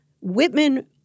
Whitman